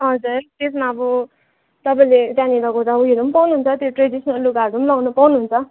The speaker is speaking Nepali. हजुर त्यसमा अब तपाईँले त्यहाँनिर गएर उयोहरू पनि पाउनुहुन्छ त्यो ट्रेडिसनल लुगाहरू पनि लाउनु पाउनुहुन्छ